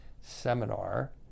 seminar